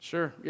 Sure